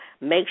make